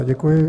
Děkuji.